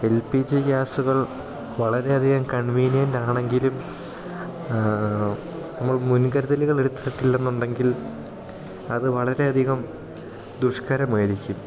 L P G ഗ്യാസുകൾ വളരെ അധികം കൺവീനിയൻ്റാണെങ്കിലും നമ്മൾ മുൻകരുതലുകളെടുത്തിട്ടില്ലെന്നുണ്ടെങ്കിൽ അത് വളരെ അധികം ദുഷ്കരമായിരിക്കും